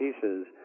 pieces